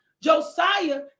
josiah